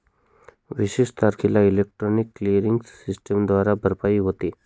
विशिष्ट तारखेला electronic clearing सिस्टमद्वारे भरपाई होते